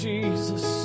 Jesus